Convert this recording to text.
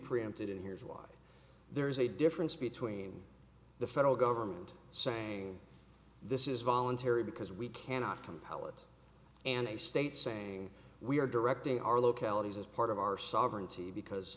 preempted and here is why there is a difference between the federal government saying this is voluntary because we cannot compel it and a state saying we are directing our localities as part of our sovereignty because